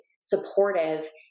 supportive